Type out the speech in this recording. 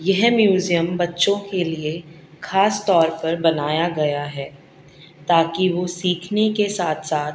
یہ میوزیم بچوں کے لیے خاص طور پر بنایا گیا ہے تاکہ وہ سیکھنے کے ساتھ ساتھ